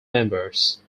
members